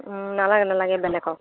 নালাগে নালাগে বেলেগক